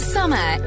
Summer